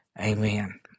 Amen